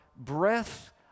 breath